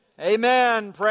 Amen